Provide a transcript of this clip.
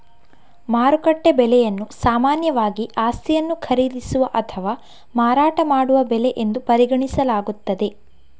ಮಾರುಕಟ್ಟೆ ಬೆಲೆಯನ್ನು ಸಾಮಾನ್ಯವಾಗಿ ಆಸ್ತಿಯನ್ನು ಖರೀದಿಸುವ ಅಥವಾ ಮಾರಾಟ ಮಾಡುವ ಬೆಲೆ ಎಂದು ಪರಿಗಣಿಸಲಾಗುತ್ತದೆ